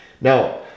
Now